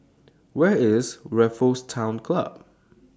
Where IS Raffles Town Club